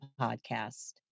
podcast